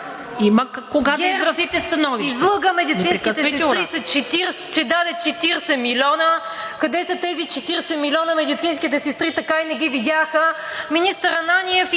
ТАНЯ АНДРЕЕВА: ГЕРБ излъга медицинските сестри, че даде 40 милиона. Къде са тези 40 милиона? Медицинските сестри така и не ги видяха. Министър Ананиев